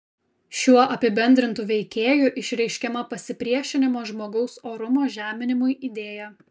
šiuo apibendrintu veikėju išreiškiama pasipriešinimo žmogaus orumo žeminimui idėja